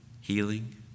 healing